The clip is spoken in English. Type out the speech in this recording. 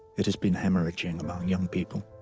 it has been hemorrhaging among young people.